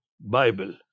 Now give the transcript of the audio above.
Bible